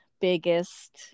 biggest